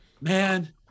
man